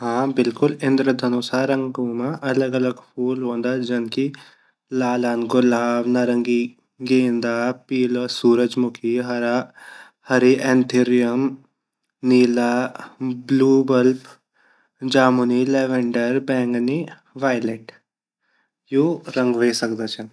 हाँ बिलकुल इंदरधनसुषा रंगु मा अलग-अलग फूल वोंद जन की लाल रंगा गुलाब ,नारंगी रंगो गेंदा ,पीलू सूरजमुखी अर हरी एंथेलियम नीला ब्लू बल्ब ,जमुनी लवन्डोर ,बैंगनी विओलिएट यु रंग वे सकदा छिन।